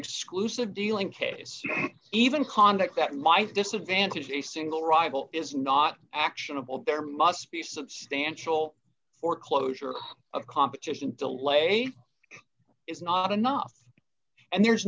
exclusive dealing case even conduct that might disadvantage a single rival is not actionable there must be a substantial foreclosure a competition de laine is not enough and there's